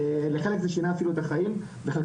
לחלק זה שינה אפילו את החיים וחלקם